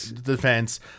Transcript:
defense